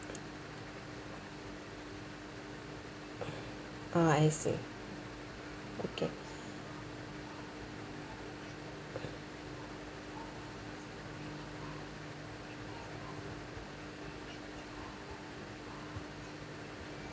oh I see okay